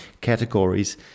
categories